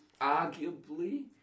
arguably